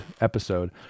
episode